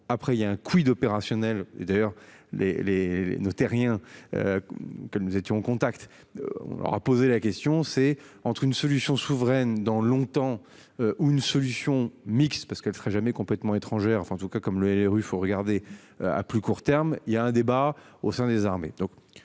après il y a un quid opérationnel et d'ailleurs les les noter. Rien. Que nous étions en contact. On leur a posé la question, c'est entre une solution souveraine dans longtemps ou une solution mixte parce qu'elle serait jamais complètement étrangères enfin en tout cas comme le les rues faut regarder à plus court terme, il y a un débat au sein des armées.